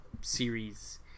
series